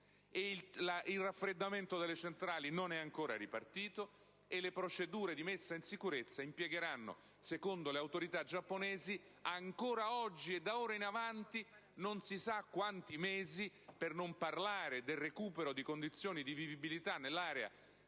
il raffreddamento delle centrali non è ancora ripartito e le procedure di messa in sicurezza impiegheranno, secondo le autorità giapponesi, ancora tanti mesi, (non si sa quanti) per non parlare del recupero delle condizioni di vivibilità nell'area dei